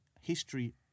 history